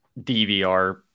DVR